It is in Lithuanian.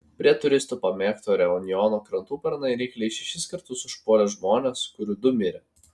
prie turistų pamėgto reunjono krantų pernai rykliai šešis kartus užpuolė žmones kurių du mirė